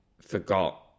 forgot